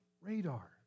radar